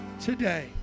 today